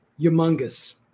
Humongous